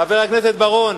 חבר הכנסת בר-און,